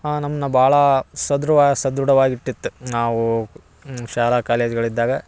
ನಮ್ಮನ್ನ ಭಾಳ ಸದೃವ ಸದೃಢವಾಗಿ ಇಟ್ಟಿತ್ ನಾವು ಶಾಲಾ ಕಾಲೇಜ್ಗಳ ಇದ್ದಾಗ